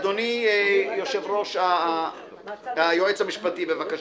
אדוני היועץ המשפטי, בבקשה.